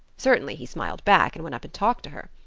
certainly he smiled back, and went up and talked to her.